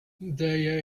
they